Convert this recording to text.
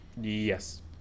Yes